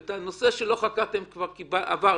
ואת הנושא שלא חקרתם כבר עברתם,